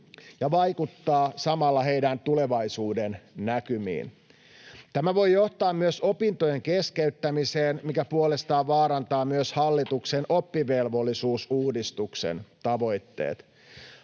ja vaikuttaa samalla heidän tulevaisuudennäkymiinsä. Tämä voi johtaa myös opintojen keskeyttämiseen, mikä puolestaan vaarantaa myös hallituksen oppivelvollisuusuudistuksen tavoitteet.